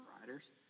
riders